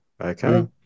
Okay